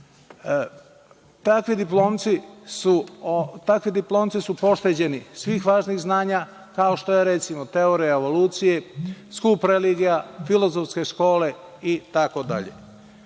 Takvi diplomci su pošteđeni svih važnih znanja, kao što je recimo teorija o evoluciji, skup religija, filozofske škole i